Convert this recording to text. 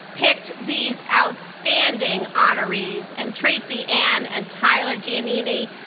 picked these outstanding honorees. and tracey-ann and tyler giannini,